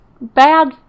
bad